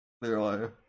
clearly